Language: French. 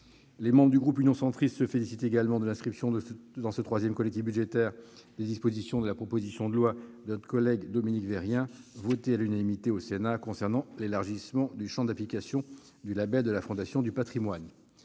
Les membres du groupe Union Centriste se félicitent également de l'inscription dans ce troisième collectif budgétaire des dispositions de la proposition de loi de notre collègue Dominique Vérien, votée à l'unanimité au Sénat, concernant l'élargissement du champ d'application du label de la Fondation du patrimoine.